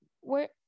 where-